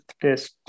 test